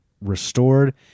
restored